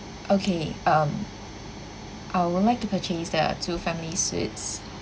okay um I would like to purchase the two family suite